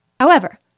However